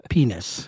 Penis